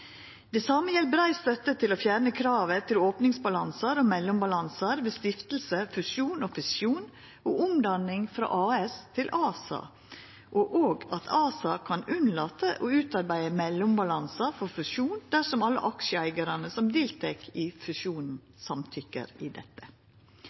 Det same gjeld brei støtte til å fjerna kravet til opningsbalansar og mellombalansar ved stiftelse, fusjon, fisjon og omdanning frå AS til ASA, og òg at ASA kan unnlata å utarbeida mellombalansar for fusjon dersom alle aksjeeigarane som deltek i fusjonen